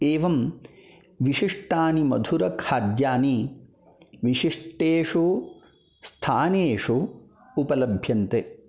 एवं विशिष्टानि मधुरखाद्यानि विशिष्टेषु स्थानेषु उपलभ्यन्ते